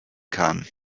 kann